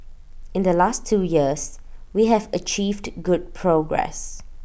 in the last two years we have achieved good progress